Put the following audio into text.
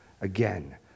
Again